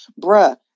Bruh